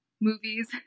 movies